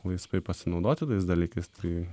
laisvai pasinaudoti tais dalykais tai